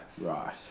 right